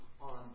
on